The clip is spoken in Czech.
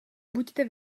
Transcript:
buďte